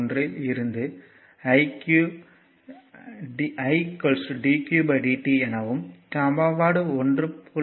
1 இல் இருந்து Idqdt எனவும் சமன்பாடு 1